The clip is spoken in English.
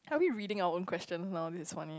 are we reading our own questions now it's funny